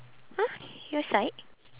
!huh! your side